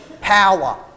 power